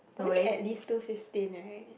no need at least two fifteen [right]